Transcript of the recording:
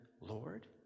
Lord